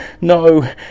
No